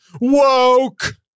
woke